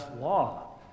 law